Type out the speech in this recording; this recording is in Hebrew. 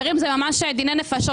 זה ממש דיני נפשות.